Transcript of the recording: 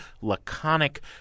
laconic